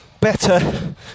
better